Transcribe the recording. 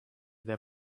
their